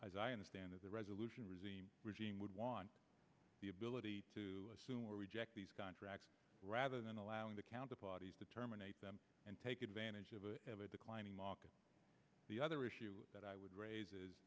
as i understand it the resolution was the regime would want the ability to assume or reject these contracts rather than allowing the counter parties to terminate them and take advantage of a have a declining market the other issue that i would raise